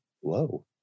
whoa